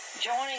Joining